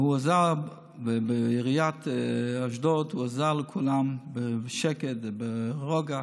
בעיריית אשדוד הוא עזר לכולם בשקט וברוגע